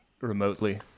remotely